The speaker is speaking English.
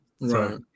Right